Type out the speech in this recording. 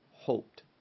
hoped